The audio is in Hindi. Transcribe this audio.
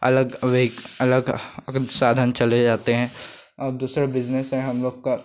अलग वे अलग साधन चले जाते हैं और दूसरा बिज़नेस है हम लोग का